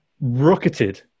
rocketed